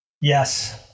Yes